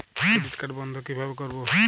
Credit card বন্ধ কিভাবে করবো?